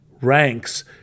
ranks